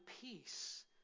peace